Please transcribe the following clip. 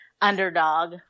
underdog